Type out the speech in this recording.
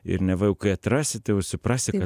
ir neva jau kai atrasi tai jau suprasi ka